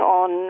on